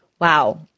Wow